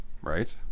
Right